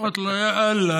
אמרתי לו: יא אללה,